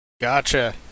gotcha